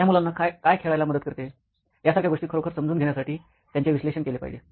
या मुलांना काय खेळायला मदत करते यासारख्या गोष्टी खरोखर समजून घेण्यासाठी त्यांचे विश्लेषण केले पाहिजे